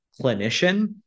clinician